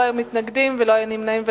לא היו מתנגדים ולא היו נמנעים.